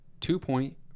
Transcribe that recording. two-point